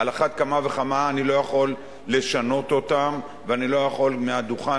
על אחת כמה וכמה אני לא יכול לשנות אותן ואני לא יכול מהדוכן